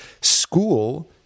School